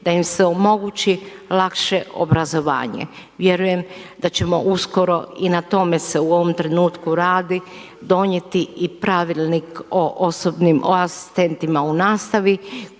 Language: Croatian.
da im se omogući lakše obrazovanje. Vjerujem da ćemo uskoro i na tome se u ovom trenutku radi, donijeti i pravilnik o osobni asistentima u nastavi